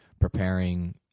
preparing